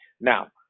Now